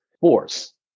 force